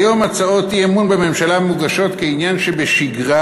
כיום הצעות אי-אמון בממשלה מוגשות כעניין שבשגרה,